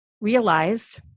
realized